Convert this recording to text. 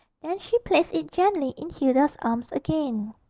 then she placed it gently in hilda's arms again.